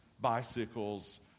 bicycles